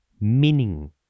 meaning